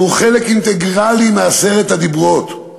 אלא הוא חלק אינטגרלי מעשרת הדיברות,